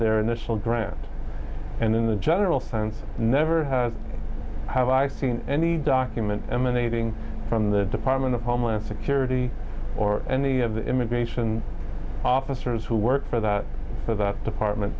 their initial grant and then the general sense never have i seen any document emanating from the department of homeland security or any of the immigration officers who work for the for that department